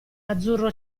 azzurro